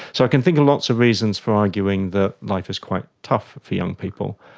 so i can think of lots of reasons for arguing that life is quite tough for young people.